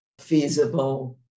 feasible